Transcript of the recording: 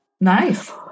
nice